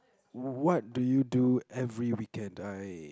what do you do every weekend I